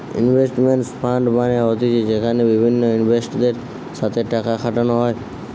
investment fund মানে হতিছে যেখানে বিভিন্ন ইনভেস্টরদের সাথে টাকা খাটানো হয়